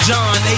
John